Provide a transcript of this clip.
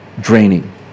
draining